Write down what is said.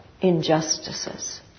injustices